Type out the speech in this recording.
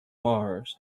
mars